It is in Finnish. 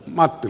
matti